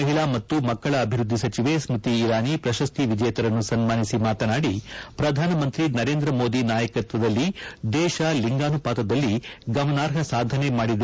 ಮಹಿಳಾ ಮತ್ತು ಮಕ್ಕಳ ಅಭಿವೃದ್ಧಿ ಸಚಿವೆ ಸ್ಮತಿ ಇರಾನಿ ಪ್ರಶಸ್ತಿ ವಿಜೇತರನ್ನು ಸನ್ಮಾನಿಸಿ ಮಾತನಾಡಿ ಪ್ರಧಾನಮಂತ್ರಿ ನರೇಂದ್ರ ಮೋದಿ ನಾಯಕತ್ವದಲ್ಲಿ ದೇಶ ಲಿಂಗಾನುಪಾತದಲ್ಲಿ ಗಮನಾರ್ಪ ಸಾಧನೆ ಸಾಧಿಸಿದೆ